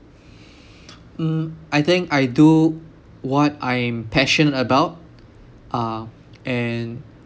mm I think I do what I'm passionate about uh and